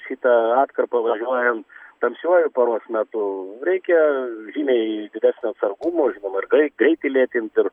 šita atkarpa važiuojant tamsiuoju paros metu reikia žymiai didesnio atsargumo ir žinoma ir grei greitkelį apimt ir